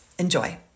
Enjoy